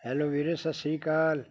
hello ਵੀਰੇ ਸਤਿ ਸ਼੍ਰੀ ਅਕਾਲ